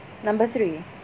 number three